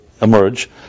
emerge